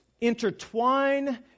intertwine